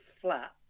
flat